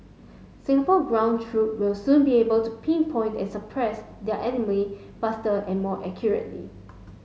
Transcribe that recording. Singapore ground troop will soon be able to pinpoint and suppress their enemy faster and more accurately